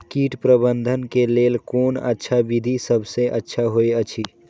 कीट प्रबंधन के लेल कोन अच्छा विधि सबसँ अच्छा होयत अछि?